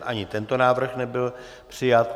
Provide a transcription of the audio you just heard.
Ani tento návrh nebyl přijat.